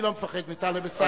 אני לא מפחד מטלב אלסאנע,